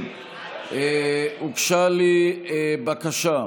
הוגשה לי בקשה,